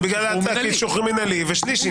זה בגלל שחרור מינהלי ושליש.